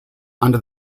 under